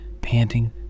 panting